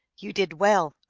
you did well.